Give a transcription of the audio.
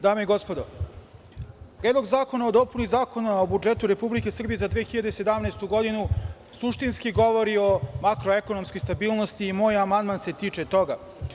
Dame i gospodo, Predlog zakona o dopuni Zakona o budžetu Republike Srbije za 2017. godinu suštinski govori o makroekonomskoj stabilnosti i moj amandman se tiče toga.